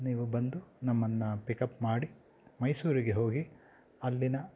ನೀವು ಬಂದು ನಮ್ಮನ್ನು ಪಿಕಪ್ ಮಾಡಿ ಮೈಸೂರಿಗೆ ಹೋಗಿ ಅಲ್ಲಿನ